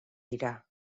dira